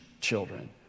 children